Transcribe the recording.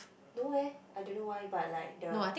no eh I don't know why but like the